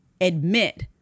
admit